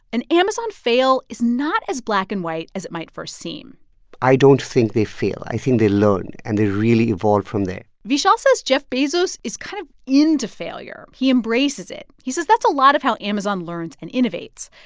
an amazon fail is not as black and white as it might first seem i don't think they fail. i think they learn, and they really evolve from that vishal says jeff bezos is kind of into failure. he embraces it. he says that's a lot of how amazon learns and innovates.